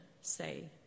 say